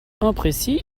imprécis